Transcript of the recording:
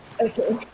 Okay